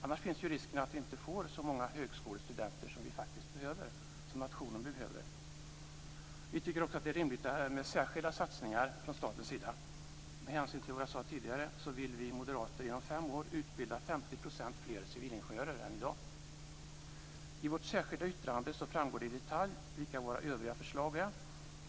Annars finns ju risken att vi inte får så många högskolestudenter som nationen behöver. Vi tycker också att det är rimligt med särskilda satsningar från statens sida. Med hänsyn till vad jag sade tidigare vill vi moderater inom fem år utbilda I vårt särskilda yttrande framgår det i detalj vilka våra övriga förslag är.